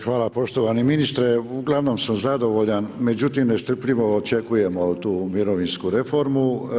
Hvala poštovani ministre, ugl. sam zadovoljan međutim, nestrpljivo očekujemo mirovinsku reformu.